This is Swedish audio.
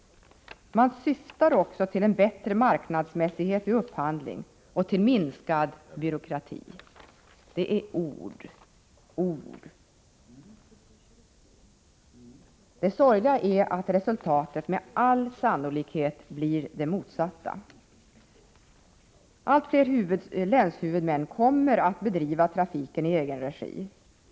Man syftar också till en bättre marknadsmässighet vid upphandling och till minskad byråkrati. Men det är ord, ord. Det sorgliga är att resultatet med all sannolikhet blir det motsatta. Allt fler länshuvudmän kommer att bedriva trafiken i egen regi.